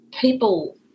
people